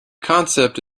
concept